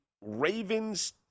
Ravens